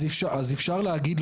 אז אפשר להגיד,